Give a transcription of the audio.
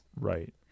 Right